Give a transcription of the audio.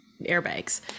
airbags